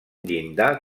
llindar